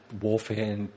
warfare